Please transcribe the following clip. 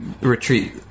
retreat